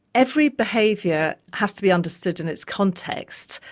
every behaviour has to be understood in its context,